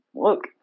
Look